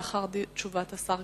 לאחר תשובת השר,